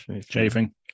chafing